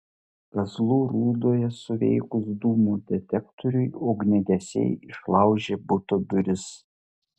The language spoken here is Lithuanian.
kazlų rūdoje suveikus dūmų detektoriui ugniagesiai išlaužė buto duris